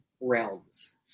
realms